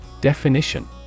Definition